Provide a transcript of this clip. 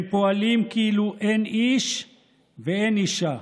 הם פועלים כאילו אין איש ואין אישה,